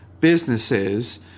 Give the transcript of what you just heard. businesses